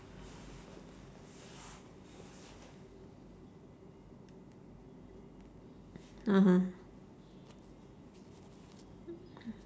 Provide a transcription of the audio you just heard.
(uh huh)